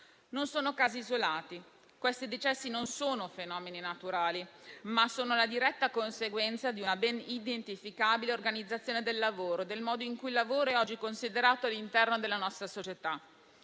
Non sono casi isolati: questi decessi sono non fenomeni naturali, ma la diretta conseguenza di una ben identificabile organizzazione del lavoro e del modo in cui il lavoro è oggi considerato all'interno della nostra società.